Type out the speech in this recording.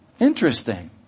Interesting